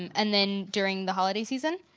and then during the holiday season.